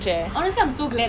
!woo! ya